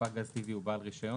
ספק גז טבעי או בעל רישיון,